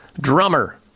drummer